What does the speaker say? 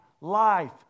life